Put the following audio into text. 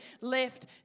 left